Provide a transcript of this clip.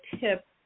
tip